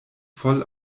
voll